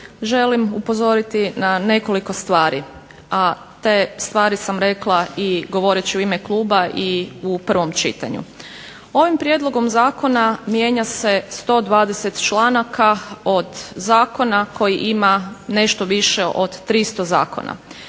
želim upozoriti na nekoliko stvari, a te stvari sam rekla i govorit ću u ime Kluba i u prvom čitanju. Ovim prijedlogom zakona mijenja se 120 članaka od zakona koji ima nešto više od 300 članaka.